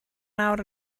nawr